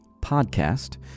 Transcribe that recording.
podcast